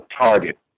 target